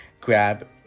Grab